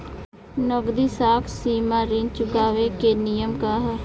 नगदी साख सीमा ऋण चुकावे के नियम का ह?